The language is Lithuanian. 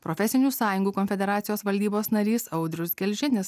profesinių sąjungų konfederacijos valdybos narys audrius gelžinis